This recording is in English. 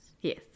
Yes